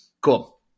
Cool